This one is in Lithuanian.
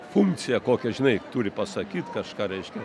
funkcija kokia žinai turi pasakyt kažką reiškia